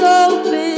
open